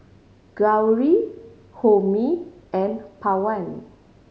Gauri Homi and Pawan